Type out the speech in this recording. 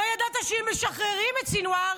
לא ידעת שאם משחררים את סנוואר,